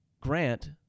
Grant